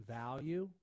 value